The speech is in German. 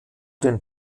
den